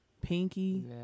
Pinky